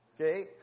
Okay